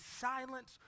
Silence